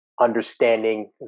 Understanding